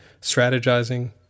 strategizing